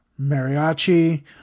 mariachi